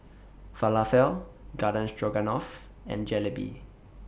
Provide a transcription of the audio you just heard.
Falafel Garden Stroganoff and Jalebi